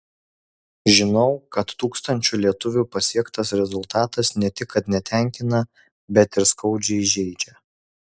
žinau kad tūkstančių lietuvių pasiektas rezultatas ne tik kad netenkina bet ir skaudžiai žeidžia